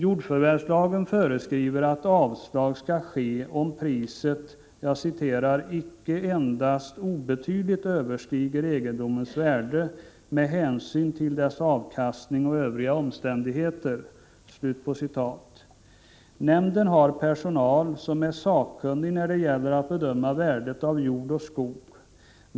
Jordförvärvslagen föreskriver att avslag skall ske om priset ”icke endast obetydligt överstiger egendomens värde med hänsyn till dess avkastning och övriga omständigheter.” Nämnden har personal som är sakkunnig när det gäller att bedöma värdet av jord och skog.